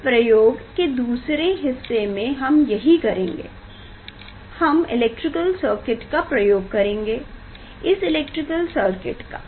इस प्रयोग के दूसरे हिस्से में हम यही करेंगे हम इलैक्ट्रिकल सर्किट का प्रयोग करेंगें इस इलैक्ट्रिकल सर्किट का